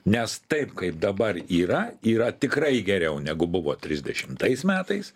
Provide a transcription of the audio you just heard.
nes taip kaip dabar yra yra tikrai geriau negu buvo trisdešimtais metais